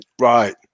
Right